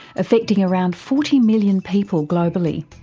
affecting around forty million people globally.